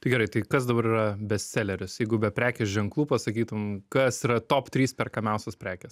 tai gerai tai kas dabar yra bestseleris jeigu be prekės ženklų pasakytum kas yra top trys perkamiausios prekės